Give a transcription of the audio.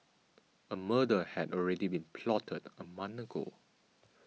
a murder had already been plotted a month ago